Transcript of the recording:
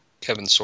Kevin